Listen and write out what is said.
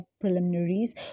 preliminaries